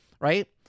right